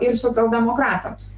ir socialdemokratams